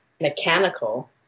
mechanical